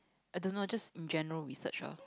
I don't know just general research lah